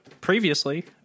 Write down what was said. previously